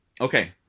Okay